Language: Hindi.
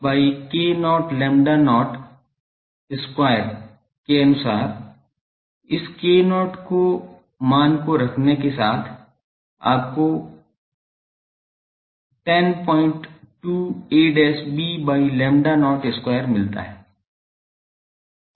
तो a b by k0 lambda 0 square के अनुसार इस k0 मान को रखने के साथ आपको 102 ab by lambda not square मिलता है